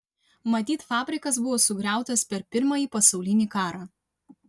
matyt fabrikas buvo sugriautas per pirmąjį pasaulinį karą